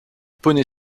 poneys